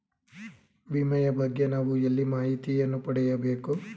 ವಿಮೆಯ ಬಗ್ಗೆ ನಾವು ಎಲ್ಲಿ ಮಾಹಿತಿಯನ್ನು ಪಡೆಯಬೇಕು?